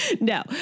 No